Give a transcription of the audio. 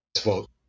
vote